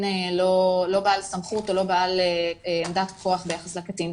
לא בעל סמכות או לא בעל עמדת כוח ביחס לקטין,